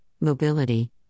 mobility